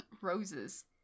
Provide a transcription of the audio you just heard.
roses